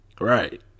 Right